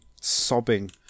sobbing